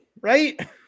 right